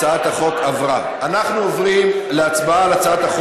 אנחנו נעביר את זה,